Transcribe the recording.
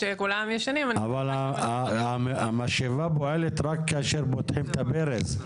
כשכולם ישנים --- אבל המשאבה פועלת רק כאשר פותחים את הברז,